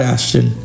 Ashton